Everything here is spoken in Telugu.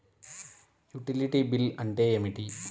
యుటిలిటీ బిల్లు అంటే ఏమిటి?